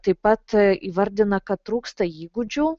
taip pat įvardina kad trūksta įgūdžių